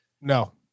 No